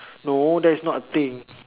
no that's not a thing